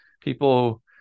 People